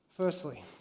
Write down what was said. Firstly